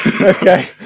Okay